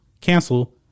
cancel